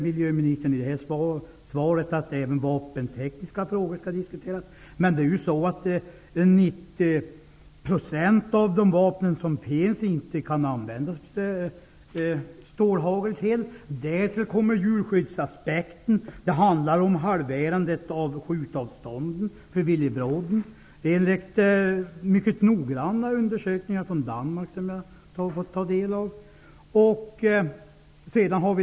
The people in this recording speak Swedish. Miljöministern säger i sitt svar att även vapentekniska frågor skall diskuteras, men stålhagel kan ju inte användas till 90 % av de vapen som finns. Därtill kommer djurskyddsaspekten. Det handlar om en halvering av skjutavstånden till villebråden, enligt mycket noggranna undersökningar från Danmark, som jag har fått ta del av.